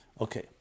Okay